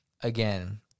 again